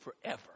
forever